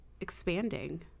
expanding